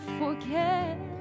forget